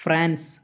France